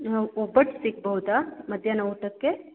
ಒಬ್ಬಟ್ಟು ಸಿಗ್ಬೌದಾ ಮಧ್ಯಾಹ್ನ ಊಟಕ್ಕೆ